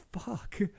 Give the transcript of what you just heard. fuck